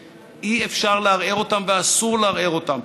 שאי-אפשר לערער אותם ואסור לערער אותם.